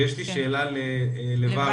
ויש לי שאלה לוורדה.